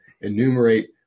enumerate